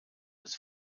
ist